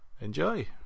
enjoy